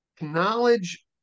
Acknowledge